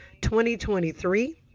2023